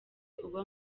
uba